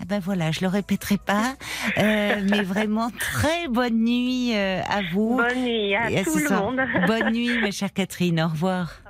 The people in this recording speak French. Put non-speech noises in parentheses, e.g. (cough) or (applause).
Ah ben voilà, je le répéterai pas, (laughs) euh, mais vraiment très bonne nuit, euh, à vous. Bonne nuit à Et à tout ce le soir. monde. (laughs) Bonne nuit, ma chère Catherine. Au revoir.